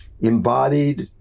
embodied